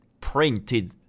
printed